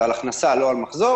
זה הכנסה ולא מחזור